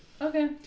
okay